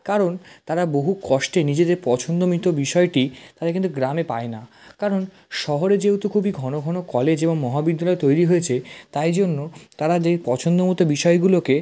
কারণ তারা বহু কষ্টে নিজেদের পছন্দ মিতো বিষয়টি তারা কিন্তু গ্রামে পায় না কারণ শহরে যেহুতু খুবই ঘন ঘন কলেজ এবং মহাবিদ্যালয় তৈরি হয়েছে তাই জন্য তারা যে পছন্দ মতো বিষয়গুলোকে